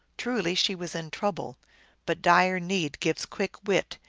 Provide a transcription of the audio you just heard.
truly she was in trouble but dire need gives quick wit,